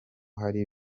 hari